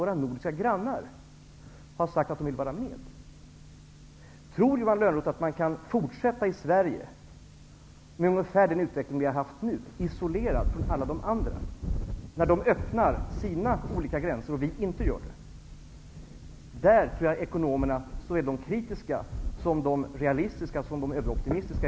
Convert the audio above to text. våra nordiska grannar, har sagt sig vilja vara med i vill jag fråga: Tror Johan Lönnroth att vi i Sverige kan fortsätta med ungefär den utveckling som vi hittills haft, isolerade från alla de andra, när de andra öppnar sina gränser och vi inte gör det? I det avseendet, tror jag, är ekonomerna kritiska -- det gäller såväl de realistiska som de överoptimistiska.